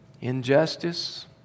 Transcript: Injustice